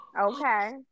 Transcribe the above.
Okay